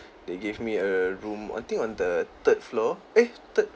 they gave me a room I think on the third floor eh third